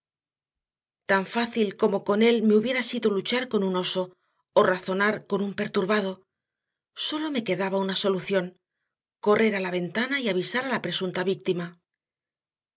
tan fácil como con él me hubiera sido luchar con un oso o razonar con un perturbado sólo me quedaba una solución correr a la ventana y avisar a la presunta víctima